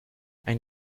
ein